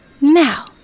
Now